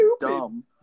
dumb